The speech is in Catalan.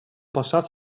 passat